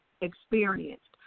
experienced